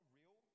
real